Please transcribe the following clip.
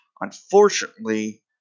Unfortunately